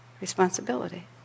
Responsibility